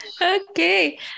okay